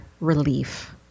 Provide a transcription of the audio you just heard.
relief